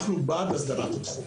אנחנו בעד הסדרת התחום.